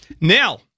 Now